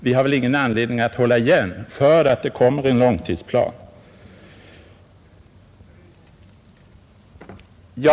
Vi har väl ingen anledning att hålla igen på informationskostnaderna nu därför att en långtidsplan skall komma.